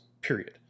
period